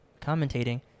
commentating